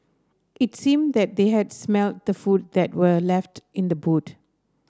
it seemed that they had smelt the food that were left in the boot